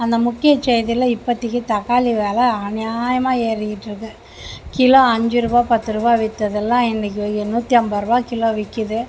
அந்த முக்கிய செய்தியில் இப்போதிக்கி தக்காளி விலை அநியாயமாக ஏறிகிட்டிருக்கு கிலோ அஞ்சு ரூபா பத்து ரூபா விற்றதெல்லாம் இன்னிக்கி நூற்றி ஐம்பது ரூபா கிலோ விற்கிது